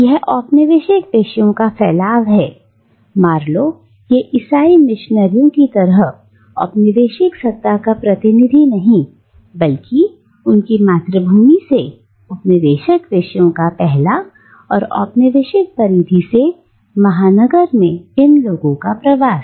यह औपनिवेशिक विषयों का फैलाव है मार्लो या ईसाई मिशनरियों की तरह औपनिवेशिक सत्ता का प्रतिनिधि नहीं बल्कि उनकी मातृभूमि से उपनिदेशक विषयों का पहला और औपनिवेशिक परिधि से महानगर में इन लोगों का प्रवास